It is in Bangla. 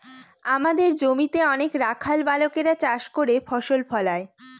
আমাদের জমিতে অনেক রাখাল বালকেরা চাষ করে ফসল ফলায়